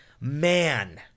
man